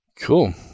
Cool